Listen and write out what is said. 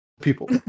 People